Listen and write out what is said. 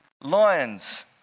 lions